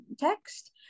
text